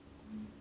mm